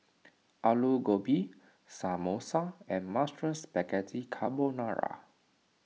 Alu Gobi Samosa and Mushroom Spaghetti Carbonara